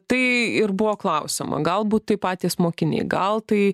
tai ir buvo klausiama galbūt tai patys mokiniai gal tai